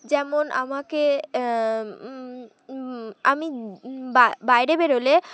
যেমন আমাকে আমি বা বাইরে বেরোলে